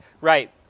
Right